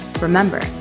Remember